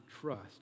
trust